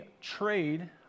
trade